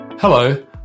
Hello